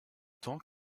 temps